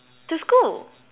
to school